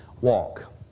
walk